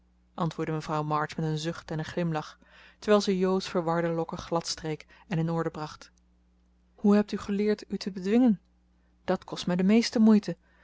antwoordde mevrouw march met een zucht en een glimlach terwijl zij jo's verwarde lokken gladstreek en in orde bracht hoe hebt u geleerd u te bedwingen dat kost mij de meeste moeite want